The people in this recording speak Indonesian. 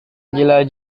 gila